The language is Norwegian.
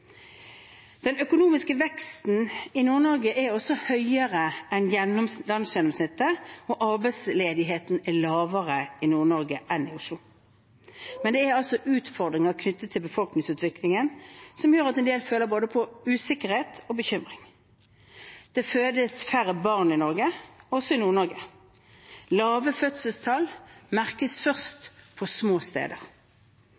Den økonomiske veksten i Nord-Norge er også høyere enn landsgjennomsnittet, og arbeidsledigheten er lavere i Nord-Norge enn i Oslo. Men det er altså utfordringer knyttet til befolkningsutviklingen som gjør at en del føler både på usikkerhet og bekymring. Det fødes færre barn i Norge, også i Nord-Norge. Lave fødselstall merkes først